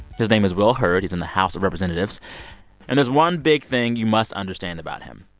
his name is will hurd. he's in the house of representatives and there's one big thing you must understand about him.